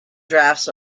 drafts